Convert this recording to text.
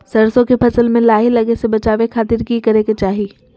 सरसों के फसल में लाही लगे से बचावे खातिर की करे के चाही?